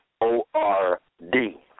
O-R-D